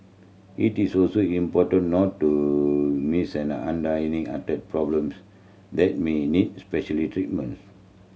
it is also important not to miss an an dining heart problems that may need specially treatments